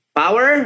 power